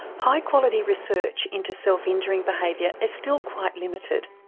high quality research into self injuring behaviour is still quite limited.